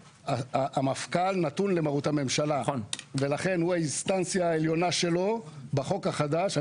המפכ"ל נתון למרות הממשלה ולכן היא האינסטנציה העליונה שלו בחוק החדש.